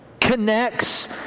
connects